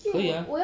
可以 ah